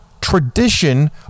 tradition